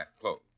clothes